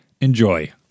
Enjoy